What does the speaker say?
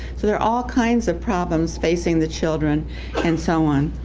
so there are all kinds of problems facing the children and so on.